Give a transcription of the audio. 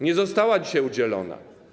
Nie została dzisiaj udzielona.